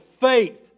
faith